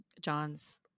John's